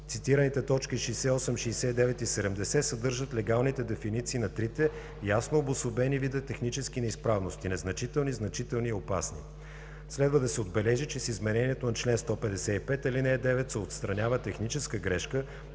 Цитираните точки 68, 69 и 70 съдържат легалните дефиниции на трите ясно обособени вида технически неизправности – незначителни, значителни и опасни. Следва да се отбележи, че с изменението на чл. 155, ал. 9 се отстранява техническа грешка,